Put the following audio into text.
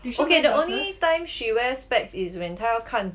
okay the only time she wear specs is when 她要看